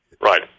Right